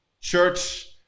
Church